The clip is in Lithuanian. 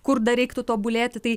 kur dar reiktų tobulėti tai